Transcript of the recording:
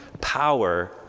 power